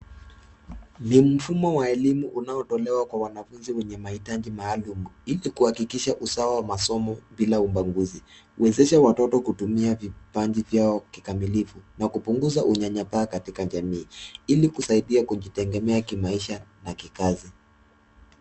Ni mfumo wa elimu unaotolewa kwa wanafunzi wenye mahitaji maalum, ili kuhakikisha usawa wa masomo bila ubaguzi. Huwezesha watoto kutumia vipaji vyao kikamilifu, na kupunguza unyanyapaa katika jamii, ili kusaidia kujitegemea kimaisha na kikazi.